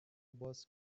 باز